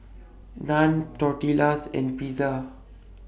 Naan Tortillas and Pizza